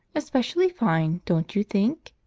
especially fine, don't you think?